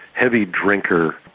heavy drinker,